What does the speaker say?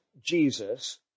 Jesus